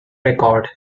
record